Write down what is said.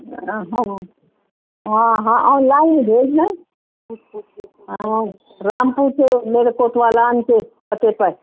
ہاں ہاں ہاں اور لائی ہوںبھیج دیں رامپو سے میرے کوٹ ولان کے پتے پر